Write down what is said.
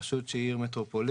רשות שהיא עיר מטרופולין.